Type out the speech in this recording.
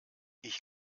ich